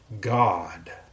God